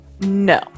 No